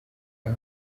aho